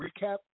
recap